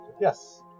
Yes